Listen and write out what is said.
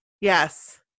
Yes